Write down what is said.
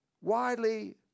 widely